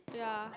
yeah